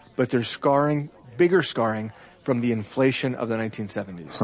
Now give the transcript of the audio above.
but there's scarring, bigger scarring from the inflation of the nineteen seventy so